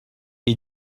est